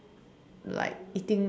like eating